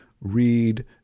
read